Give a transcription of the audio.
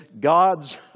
God's